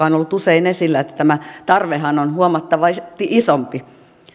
on ollut usein esillä että tämä tarvehan on huomattavasti isompi